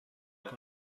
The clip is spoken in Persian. کنم